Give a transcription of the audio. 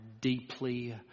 deeply